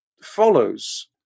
follows